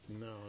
No